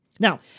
Now